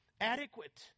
adequate